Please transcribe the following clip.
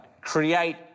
create